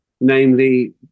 Namely